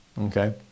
Okay